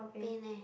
pain leh